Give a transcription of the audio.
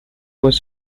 fois